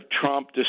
Trump